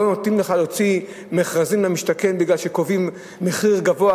לא נותנים לך להוציא מכרזים למשתכן כי קובעים מחיר גבוה